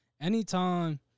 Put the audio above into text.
Anytime